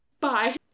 bye